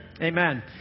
amen